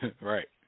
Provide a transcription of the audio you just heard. Right